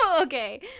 Okay